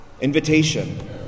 Invitation